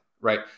right